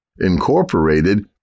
Incorporated